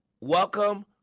Welcome